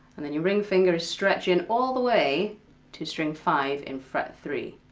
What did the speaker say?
and then your ring finger is stretching all the way to string five in fret three.